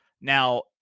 Now